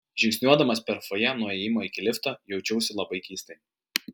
žingsniuodamas per fojė nuo įėjimo iki lifto jaučiausi labai keistai